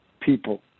people